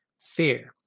fear